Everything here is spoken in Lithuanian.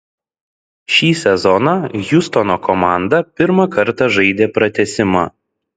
šį sezoną hjustono komanda pirmą kartą žaidė pratęsimą